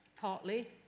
partly